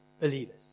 believers